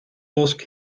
bosk